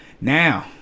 Now